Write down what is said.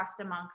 amongst